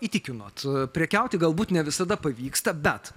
įtikinot prekiauti galbūt ne visada pavyksta bet